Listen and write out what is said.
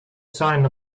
sign